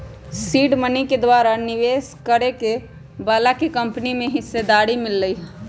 seed money के द्वारा निवेश करए बलाके कंपनी में हिस्सेदारी मिलइ छइ